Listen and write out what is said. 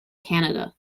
canada